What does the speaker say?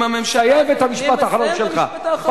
סיים, המשפט האחרון שלך.